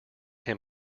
him